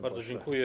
Bardzo dziękuję.